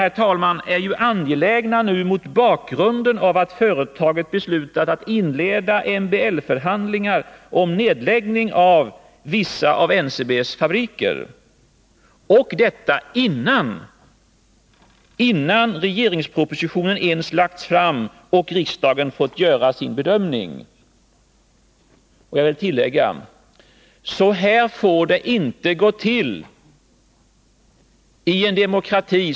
Dessa frågor är angelägna mot bakgrund av att företaget beslutat att inleda MBL-förhandlingar om nedläggning av vissa av NCB:s Nr 66 fabriker, och detta innan regeringsförslaget ens lagts fram och riksdagen fått göra sin bedömning. Jag vill tillägga: Så här får det inte gå till i en demokrati.